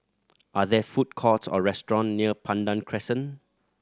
are there food courts or restaurants near Pandan Crescent